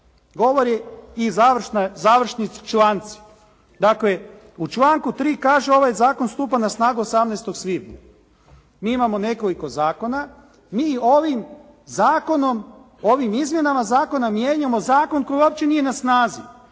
govori i završni članci. Dakle, u članku 3. kaže: “Ovaj zakon stupa na snagu 18. svibnja.“ Mi imamo nekoliko zakona. Mi ovim zakonom, ovim izmjenama zakona mijenjamo zakon koji uopće nije na snazi,